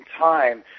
time